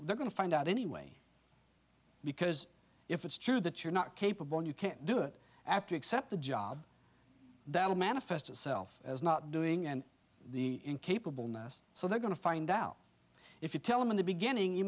they're going to find out anyway because if it's true that you're not capable and you can't do it after except the job that will manifest itself as not doing and the incapable nurse so they're going to find out if you tell them in the beginning you